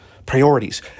priorities